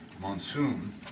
monsoon